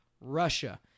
Russia